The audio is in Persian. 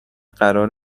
قرار